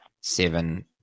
seven